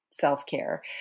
self-care